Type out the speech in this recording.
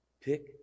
pick